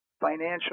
financial